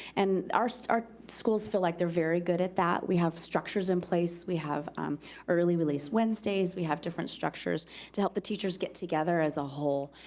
and our so our schools feel like they're very good at that. we have structures in place, we have early-release wednesdays, we have different structures to help the teachers get together as a whole.